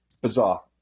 bizarre